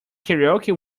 karaoke